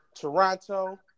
Toronto